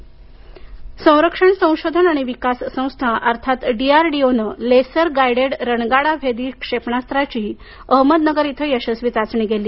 राजनाथ सिंह संरक्षण संशोधन आणि विकास संस्था अर्थात डीआरडीओनं लेसर गाइडेड रणगाडाभेदी क्षेपणास्त्राची अहमदनगर इथं यशस्वी चाचणी केली